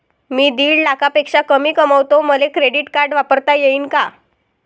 मी दीड लाखापेक्षा कमी कमवतो, मले क्रेडिट कार्ड वापरता येईन का?